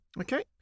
Okay